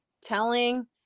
telling